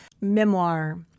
memoir